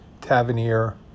Tavernier